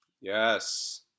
Yes